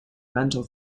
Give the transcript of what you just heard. mental